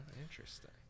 interesting